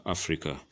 Africa